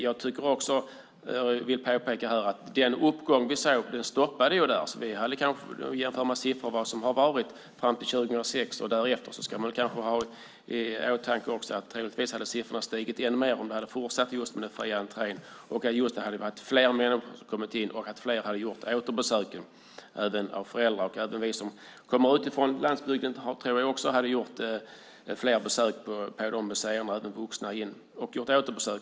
Jag vill också påpeka att uppgången avstannade. Jämför man siffror om vad som har varit fram till 2006 och därefter ska man också ha i åtanke att siffrorna troligtvis hade stigit ännu mer om det hade fortsatt med den fria entrén. Det hade varit fler människor som kommit in, och fler hade gjort återbesök. Även föräldrar och vi som kommer utifrån landsbygden tror jag hade gjort fler besök och återbesök på de museerna.